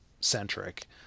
Centric